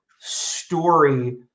story